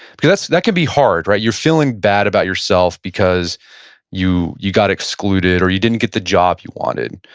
because that can be hard, right? you're feeling bad about yourself because you you got excluded or you didn't get the job you wanted.